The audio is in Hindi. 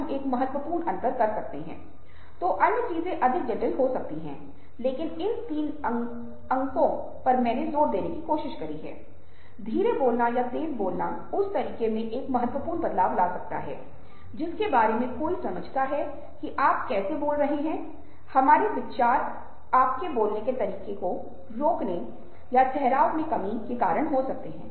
अब महत्वपूर्ण बात यह है कि यहां प्रत्येक मामले में हमें बहुत मदद मिलती है अगर मैं गुस्से में हूं और अगर मैं खुद को अलग करने में सक्षम हूं और गुस्से के बारे में कुछ सवाल पूछूं तो यह न केवल क्रोध का बेहतर प्रबंधन की दिशा में आगे बढ़ने वाला है बल्कि समानुभूति की दिशा मे भी आगे बदता है